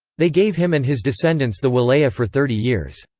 they gave him and his descendants the wilayah for thirty years.